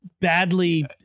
badly